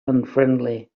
unfriendly